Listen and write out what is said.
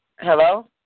Hello